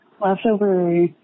leftover